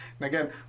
again